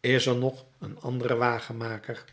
is er nog een andere wagenmaker